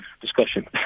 discussion